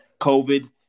covid